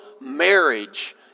marriage